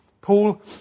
Paul